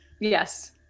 Yes